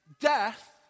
death